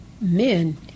men